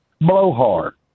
blowhard